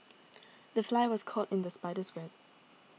the fly was caught in the spider's web